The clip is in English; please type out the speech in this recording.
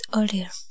earlier